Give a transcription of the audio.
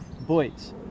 boys